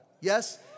Yes